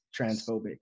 transphobic